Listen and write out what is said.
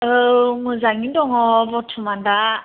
औ मोजाङैनो दं बरथ'मान दा